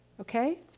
Okay